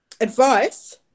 Advice